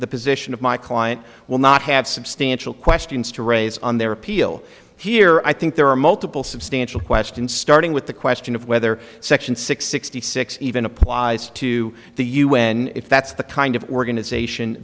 the position of my client will not have substantial questions to raise on their appeal here i think there are multiple substantial questions starting with the question of whether section six sixty six even applies to the un if that's the kind of organisation